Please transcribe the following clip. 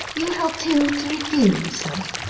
you helped him to redeem himself?